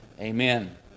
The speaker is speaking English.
Amen